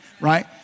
right